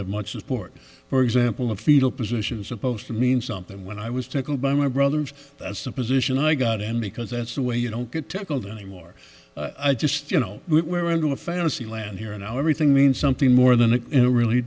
have much support for example of fetal position supposed to mean something when i was tickled by my brothers that's the position i got in because that's the way you don't get tickled anymore i just you know we're going to fantasyland here in our everything means something more than it really